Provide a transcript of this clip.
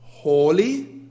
Holy